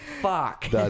fuck